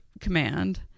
command